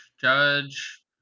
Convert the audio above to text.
Judge